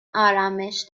آرامش